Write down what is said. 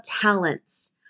talents